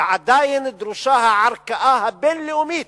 ועדיין דרושה הערכאה הבין-לאומית,